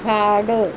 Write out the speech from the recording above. झाड